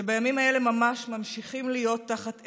שבימים אלה ממש ממשיכים להיות תחת אש,